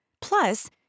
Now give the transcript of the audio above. Plus